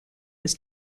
was